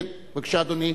כן, בבקשה, אדוני.